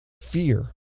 fear